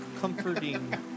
comforting